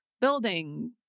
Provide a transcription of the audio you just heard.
building